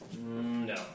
no